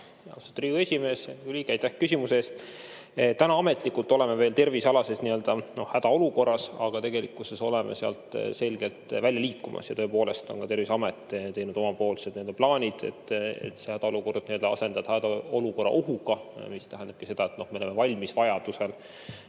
Riigikogu liige, aitäh küsimuse eest! Täna ametlikult oleme veel tervisealases hädaolukorras, aga tegelikkuses oleme sealt selgelt välja liikumas. Tõepoolest on ka Terviseamet teinud oma plaanid, et see hädaolukord asendada hädaolukorra ohuga, mis tähendabki seda, et me oleme valmis vajaduse